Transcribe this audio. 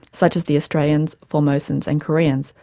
such as the australians, formosans and koreans,